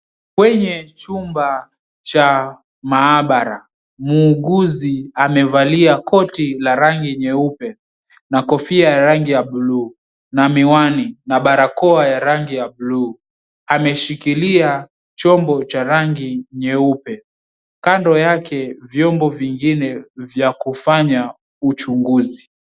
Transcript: Kwenye chumba cha maabara, muuguzi amevalia koti la rangi nyeupe, na kofia ya rangi ya buluu, na miwani, na barakoa ya rangi ya buluu. Ameshikilia chombo cha rangi nyeupe. Kando yake vyombo vingine vya kufanya uchunguzi.